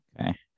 okay